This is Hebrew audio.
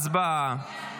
הצבעה.